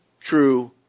true